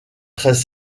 très